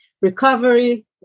recovery